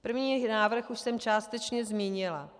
První návrh už jsem částečně zmínila.